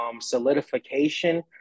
solidification